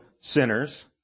sinners